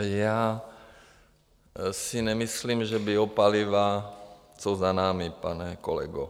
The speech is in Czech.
Já si nemyslím, že biopaliva jsou za námi, pane kolego.